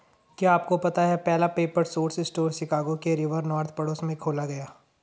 क्या आपको पता है पहला पेपर सोर्स स्टोर शिकागो के रिवर नॉर्थ पड़ोस में खोला गया?